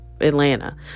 Atlanta